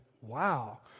Wow